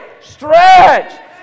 Stretch